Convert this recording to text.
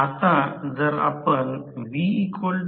तर या आकृतीकडे नजर टाका मग आपण नामकरण आणि इतर गोष्टीकडे येऊ